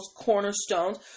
cornerstones